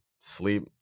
sleep